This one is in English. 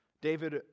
David